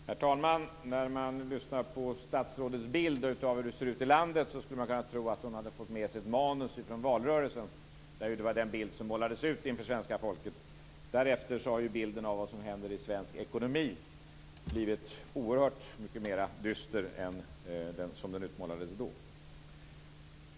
Herr talman! När man hör statsrådet måla upp en bild av hur det ser ut i landet skulle man kunna tro att hon hade fått med sig ett manus från valrörelsen. Det var den bild som då målades upp för svenska folket. Därefter har bilden av vad som händer i svensk ekonomi blivit oerhört mycket mera dyster än den som målades upp då.